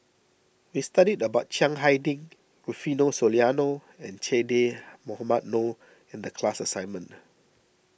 we studied about Chiang Hai Ding Rufino Soliano and Che Dah Mohamed Noor in the class assignment